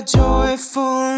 joyful